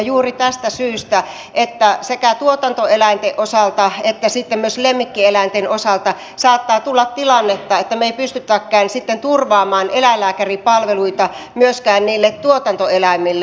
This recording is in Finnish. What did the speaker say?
juuri tästä syystä sekä tuotantoeläinten osalta että sitten myös lemmikkieläinten osalta saattaa tulla tilanne että me emme pystykään sitten turvaamaan eläinlääkäripalveluita myöskään niille tuotantoeläimille